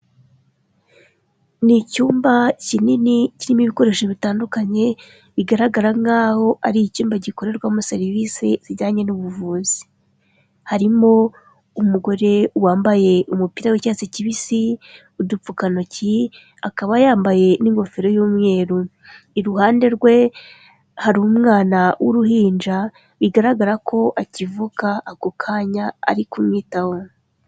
Ni icyumba kinini kirimo ibikoresho bitandukanye bigaragara nkaho ari icyumba gikorerwamo serivisi zijyanye n'ubuvuzi. Harimo umugore wambaye umupira w'icyatsi kibisi, udupfukantoki, akaba yambaye n'ingofero y'umweru. Iruhande rwe hari umwana w'uruhinja bigaragara ko akivuka ako kanya ari kumwitaho.